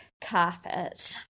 carpet